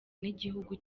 n’igihugu